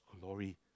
glory